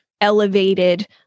elevated